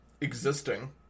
existing